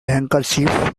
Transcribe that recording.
handkerchief